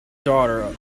daughter